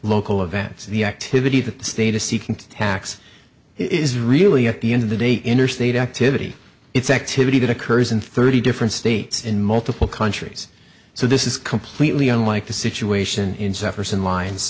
local events the activity that the state is seeking to tax is really at the end of the day interstate activity its activity that occurs in thirty different states in multiple countries so this is completely unlike the situation in jefferson lines